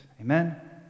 amen